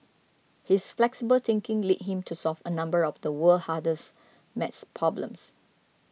his flexible thinking led him to solve a number of the world hardest maths problems